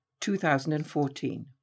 2014